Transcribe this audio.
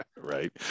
Right